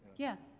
yeah.